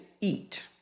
eat